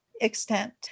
extent